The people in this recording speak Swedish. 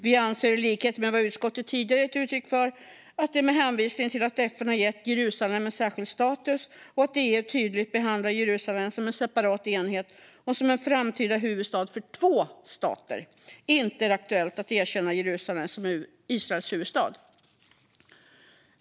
Vi anser, i likhet med vad utskottet tidigare gett uttryck för, att det med hänvisning till att FN har gett Jerusalem en särskild status och att EU tydligt behandlar Jerusalem som en separat enhet och som en framtida huvudstad för två stater inte är aktuellt att erkänna Jerusalem som Israels huvudstad.